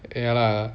ya lah